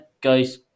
guys